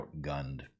outgunned